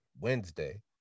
Wednesday